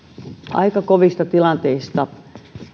aika kovista tilanteista